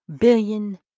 billion